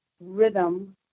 rhythm